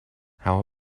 how